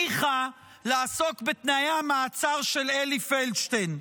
ניחא לעסוק בתנאי המעצר של אלי פלדשטיין,